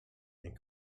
and